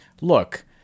look